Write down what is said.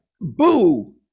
boo